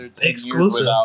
exclusive